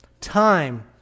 Time